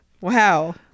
Wow